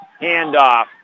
handoff